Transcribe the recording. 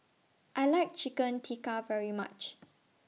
I like Chicken Tikka very much